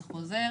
חוזר.